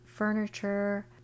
Furniture